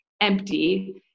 empty